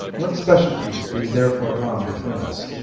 let specialities be therefore drawn between us,